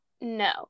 No